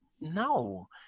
No